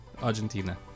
Argentina